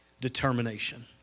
determination